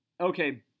okay